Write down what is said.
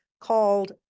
called